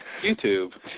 YouTube